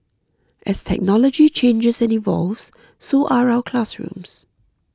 as technology changes and evolves so are our classrooms